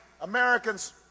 Americans